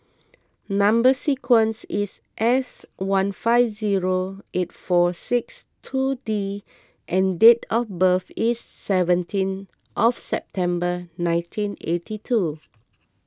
Number Sequence is S one five zero eight four six two D and date of birth is seventeen of September nineteen eighty two